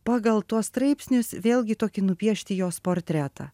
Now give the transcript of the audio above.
pagal tuos straipsnius vėlgi tokį nupiešti jos portretą